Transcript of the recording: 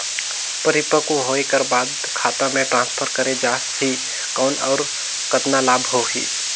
परिपक्व होय कर बाद खाता मे ट्रांसफर करे जा ही कौन और कतना लाभ होही?